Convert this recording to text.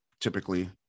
typically